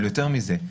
אבל יותר מזה,